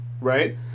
Right